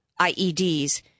ieds